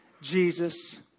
Jesus